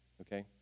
Okay